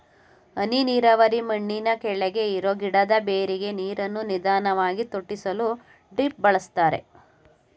ಹನಿ ನೀರಾವರಿ ಮಣ್ಣಿನಕೆಳಗೆ ಇರೋ ಗಿಡದ ಬೇರಿಗೆ ನೀರನ್ನು ನಿಧಾನ್ವಾಗಿ ತೊಟ್ಟಿಸಲು ಡ್ರಿಪ್ ಬಳಸ್ತಾರೆ